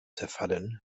zerfallen